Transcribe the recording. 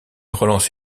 relance